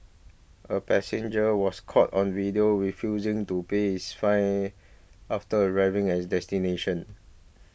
a passenger was caught on video refusing to pay his fine after arriving at his destination